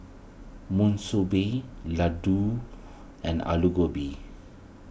Monsunabe Ladoo and Alu Gobi